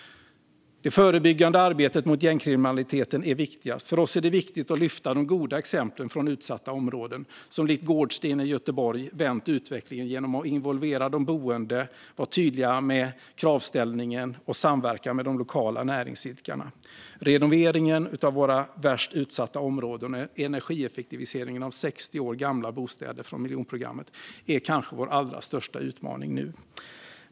Det förebyggande arbetet mot gängkriminaliteten är viktigast. För oss är det viktigt att lyfta de goda exemplen från utsatta områden som likt Gårdsten i Göteborg vänt utvecklingen genom att involvera de boende, vara tydliga med kravställningen och samverka med de lokala näringsidkarna. Renoveringen av våra värst utsatta områden och energieffektiviseringen av 60 år gamla bostäder från miljonprogrammet är kanske vår allra största utmaning nu.